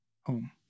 home